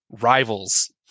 rivals